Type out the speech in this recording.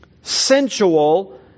sensual